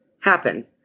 happen